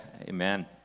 amen